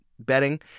betting